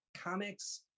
comics